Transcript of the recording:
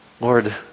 Lord